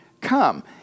come